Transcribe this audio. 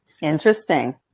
Interesting